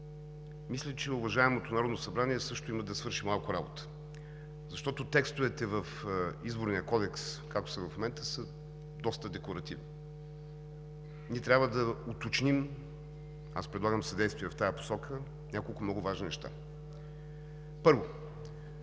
мисля, че уважаемото Народно събрание също има да свърши малко работа, защото текстовете в Изборния кодекс, както са в момента, са доста декларативни. Ние трябва да уточним – аз предлагам съдействие в тази посока, няколко много важни неща. Първо,